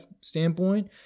standpoint